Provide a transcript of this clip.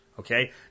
Okay